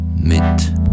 mit